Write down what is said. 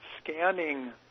scanning